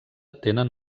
tenen